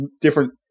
different